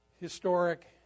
historic